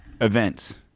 events